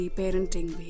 parenting